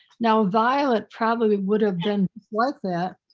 now, violet probably would have been worth that,